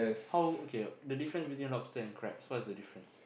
how okay the difference between lobster and crabs what is the difference